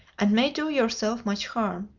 and may do yourself much harm.